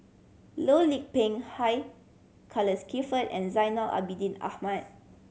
Loh Lik Peng Hugh Charles Clifford and Zainal Abidin Ahmad